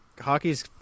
hockey's